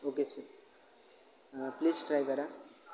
okay sir please try करा